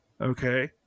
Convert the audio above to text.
okay